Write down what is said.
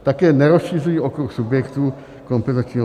Také nerozšiřují okruh subjektů kompenzačního bonusu.